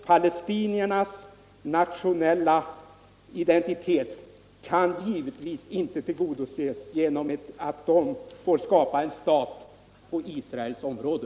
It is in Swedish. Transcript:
Palestiniernas krav på nationell identitet kan givetvis inte tillgodoses genom att de får skapa en stat på Israels område.